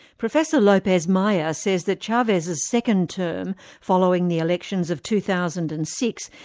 professor lopez-maya says that chavez's second term following the elections of two thousand and six,